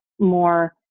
more